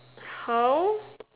how